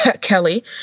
Kelly